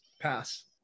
pass